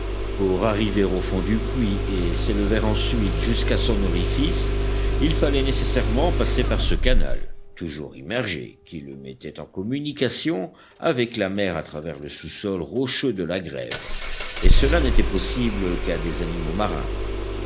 pour arriver au fond du puits et s'élever ensuite jusqu'à son orifice il fallait nécessairement passer par ce canal toujours immergé qui le mettait en communication avec la mer à travers le sous-sol rocheux de la grève et cela n'était possible qu'à des animaux marins